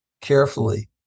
carefully